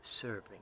serving